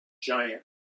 giant